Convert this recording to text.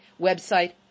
website